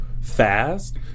fast